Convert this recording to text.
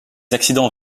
accidents